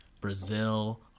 Brazil